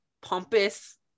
pompous